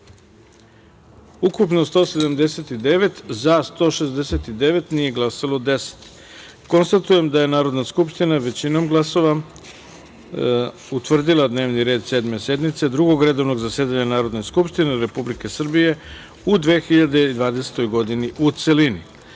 ukupno - 179, za – 169, nije glasalo 10 narodnih poslanika. Konstatujem da je Narodna skupština većinom glasova utvrdila dnevni red Sedme sednice Drugog redovnog zasedanja Narodne skupštine Republike Srbije u 2020. godini, u celini.D